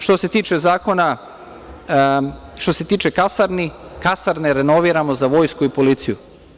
Što se tiče Zakona što se tiče kasarni, kasarne renoviramo za Vojsku i Policiju.